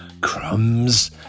crumbs